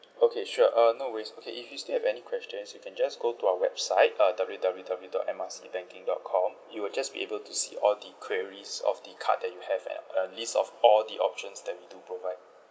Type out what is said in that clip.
okay sure uh no worries okay if you still have any questions you can just go to our website uh W_W_W dot M R C banking dot com you will just be able to see all the queries of the card that you have and a list of all the options that we do provide